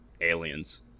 aliens